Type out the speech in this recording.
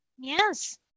Yes